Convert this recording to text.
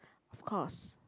of course